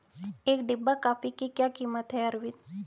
एक डिब्बा कॉफी की क्या कीमत है अरविंद?